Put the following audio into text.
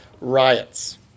riots